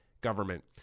government